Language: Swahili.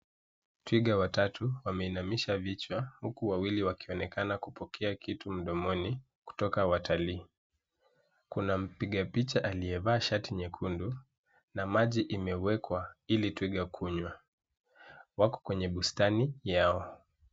Twiga watatu wameinamishwa vichwa uku wawili wakionekana kupokea kitu mdomoni kutoka watalii. Kuna mpiga picha aliyevaa shati nyekundu na maji imewekwa ili twiga kunywa. Wako kwenye bustani yao.